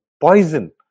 poison